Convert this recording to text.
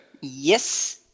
yes